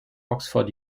oxford